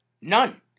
None